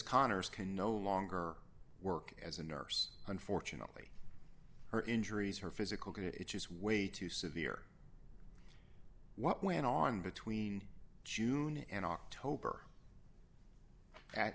connors can no longer work as a nurse unfortunately her injuries her physical could it is way too severe what went on between june and october a